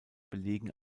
belegen